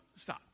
stop